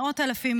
מאות אלפים,